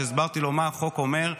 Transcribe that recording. כשהסברתי לו מה החוק אומר,